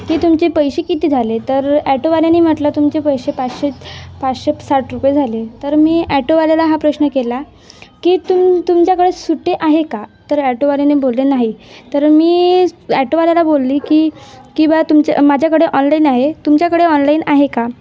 की तुमचे पैसे किती झाले तर ॲटोवाल्याने म्हटलं तुमचे पैसे पाचशे पाचशे साठ रुपये झाले तर मी ॲटोवाल्याला हा प्रश्न केला की तुम तुमच्याकडे सुट्टे आहे का तर ॲटोवाल्याने बोलले नाही तर मी ॲटोवाल्याला बोलले की की बा तुमच्या माझ्याकडे ऑनलाईन आहे तुमच्याकडे ऑनलाईन आहे का